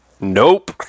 Nope